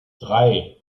drei